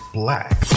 black